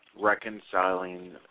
Reconciling